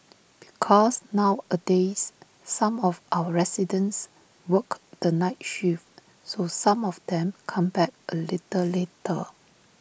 because nowadays some of our residents work the night shift so some of them come back A little later